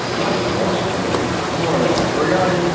not just one i mean, i'm more of an alter ah guy.